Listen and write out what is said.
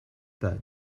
pas